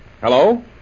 Hello